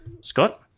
Scott